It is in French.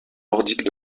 nordiques